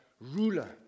ruler